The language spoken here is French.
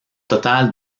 total